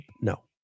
No